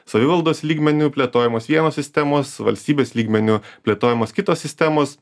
savivaldos lygmeniu plėtojamos vienos sistemos valstybės lygmeniu plėtojamos kitos sistemos